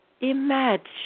imagine